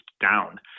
down